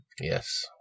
Yes